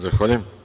Zahvaljujem.